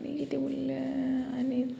आनी कितें उरलें आनी